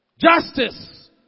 justice